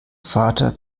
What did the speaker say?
vater